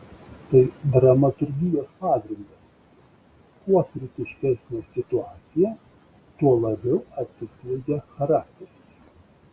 tai dramaturgijos pagrindas kuo kritiškesnė situacija tuo labiau atsiskleidžia charakteris